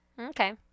Okay